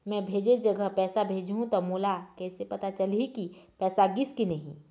मैं भेजे जगह पैसा भेजहूं त मोला कैसे पता चलही की पैसा गिस कि नहीं?